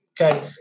Okay